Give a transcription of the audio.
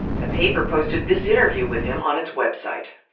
the paper posted this interview with him on its website.